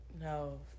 No